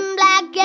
black